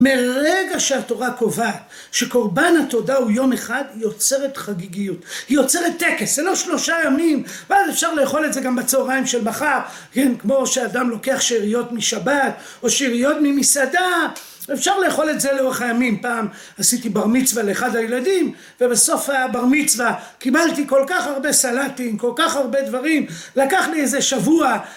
מרגע שהתורה קובעת שקורבן התודה הוא יום אחד היא יוצרת חגיגיות, היא יוצרת טקס, זה לא שלושה ימים ואז אפשר לאכול את זה גם בצהריים של מחר, כן, כמו שאדם לוקח שאריות משבת או שאריות ממסעדה, אפשר לאכול את זה לאורך הימים. פעם עשיתי בר מצווה לאחד הילדים ובסוף הבר מצווה קיבלתי כל כך הרבה סלטים כל כך הרבה דברים לקח לי איזה שבוע